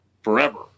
forever